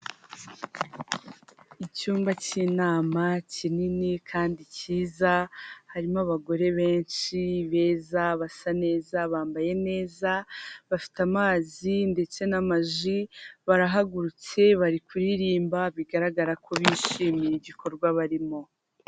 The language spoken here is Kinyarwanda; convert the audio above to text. Icyumba cy'inama kinini kandi cyiza harimo abagore benshi beza basa neza bambaye neza, bafite amazi ndetse n'amaji barahagurutse bari kuririmba bigaragara ko bishimiye igikorwa barimo.